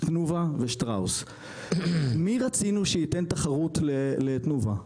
תנובה ושטראוס, מי רצינו שייתן תחרות לתנובה?